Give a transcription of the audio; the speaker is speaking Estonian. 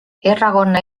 erakonna